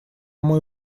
мой